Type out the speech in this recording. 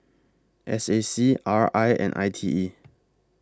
S A C R I and I T E